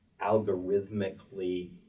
algorithmically